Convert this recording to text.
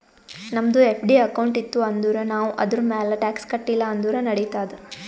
ನಮ್ದು FD account ಇತ್ತು ಅಂದುರ್ ನಾವ್ ಅದುರ್ಮ್ಯಾಲ್ ಟ್ಯಾಕ್ಸ್ ಕಟ್ಟಿಲ ಅಂದುರ್ ನಡಿತ್ತಾದ್